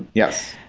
yes.